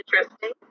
interesting